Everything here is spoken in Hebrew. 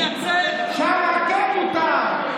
שם כן מותר.